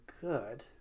good